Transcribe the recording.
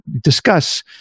discuss